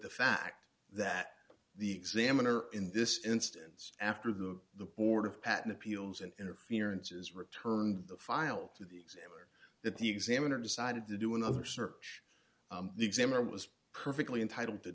the fact that the examiner in this instance after the the board of patton appeals and interferences returned the file to the that the examiner decided to do another search the examiner was perfectly entitled to